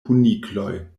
kunikloj